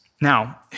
Now